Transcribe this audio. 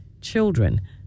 Children